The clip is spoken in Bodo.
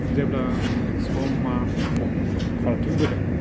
जेब्ला समा खारथिंबोदोंमोन